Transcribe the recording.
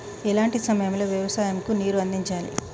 ఎలాంటి సమయం లో వ్యవసాయము కు నీరు అందించాలి?